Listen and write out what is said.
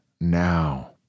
now